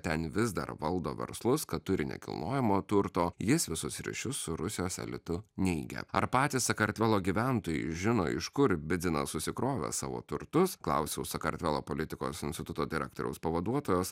ten vis dar valdo verslus kad turi nekilnojamo turto jis visus ryšius su rusijos elitu neigia ar patys sakartvelo gyventojai žino iš kur bidzina susikrovė savo turtus klausiau sakartvelo politikos instituto direktoriaus pavaduotojos